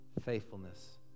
faithfulness